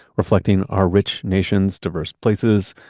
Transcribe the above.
reflecting our rich nations, diverse places,